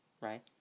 right